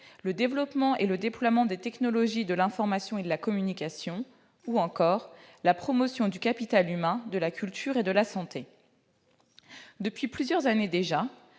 le développement et le déploiement des technologies de l'information et de la communication » ou encore « la promotion du capital humain, de la culture et de la santé ». Depuis plusieurs années déjà,